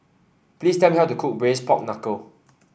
please tell me how to cook Braised Pork Knuckle